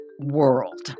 world